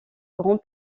grand